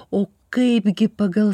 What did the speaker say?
o kaipgi pagal